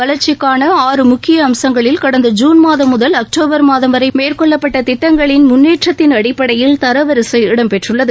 வளர்ச்சிக்கான ஆறு முக்கிய அம்சங்களில் கடந்த ஜூன்மாதம் முதல் அக்டோபர் மாதம் வரை மேற்கொள்ளப்பட்ட திட்டங்களின் முன்னேற்றத்தின் அடிப்படையில் தரவரிசை இடம்பெற்றள்ளது